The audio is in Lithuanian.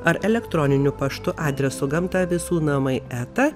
ar elektroniniu paštu adresu gamta visų namai eta